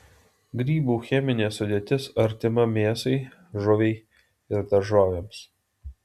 grybų cheminė sudėtis artima mėsai žuviai ir daržovėms